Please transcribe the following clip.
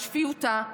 את שפיותה.